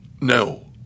No